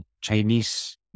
Chinese